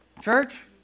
church